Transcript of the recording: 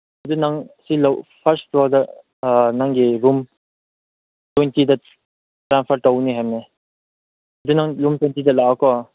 ꯑꯗꯨ ꯅꯪ ꯐꯥꯔꯁ ꯐ꯭ꯂꯣꯔꯗ ꯑꯥ ꯅꯪꯒꯤ ꯔꯨꯝ ꯇ꯭ꯋꯦꯟꯇꯤꯗ ꯇ꯭ꯔꯥꯟꯁꯐꯔ ꯇꯧꯅꯤ ꯍꯥꯏꯕꯅꯦ ꯑꯗꯨ ꯅꯪ ꯔꯨꯝ ꯇ꯭ꯋꯦꯟꯇꯤꯗ ꯂꯥꯛꯑꯣꯀꯣ